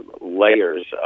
layers